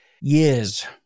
years